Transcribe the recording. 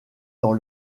dans